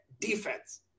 defense